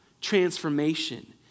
transformation